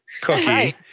cookie